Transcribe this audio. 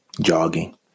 jogging